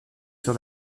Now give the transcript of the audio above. sur